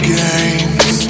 games